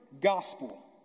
gospel